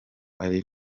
ari